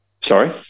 Sorry